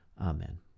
Amen